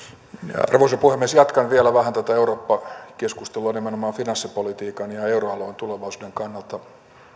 arvoisa puhemies jatkan vielä vähän tätä eurooppa keskustelua nimenomaan finanssipolitiikan ja euroalueen tulevaisuuden kannalta